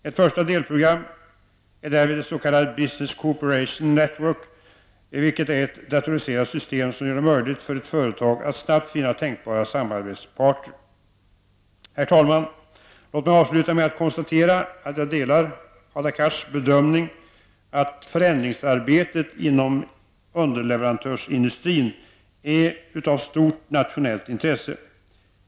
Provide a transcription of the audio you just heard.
Ett första delprogram är därvid det s.k. Business Cooperation Network, vilket är ett datoriserat system som gör det möjligt för ett företag att snabbt finna tänkbara samarbetsparter. Herr talman! Låt mig avsluta med att konstatera att jag delar Hadar Cars bedömning att förändringsarbetet inom underleverantörsindustrin är av stort nationellt intresse.